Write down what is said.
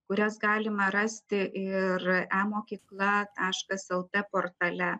kurias galima rasti ir emokykla taškas lt portale